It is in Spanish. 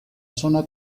zona